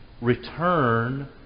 return